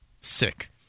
Sick